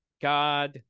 God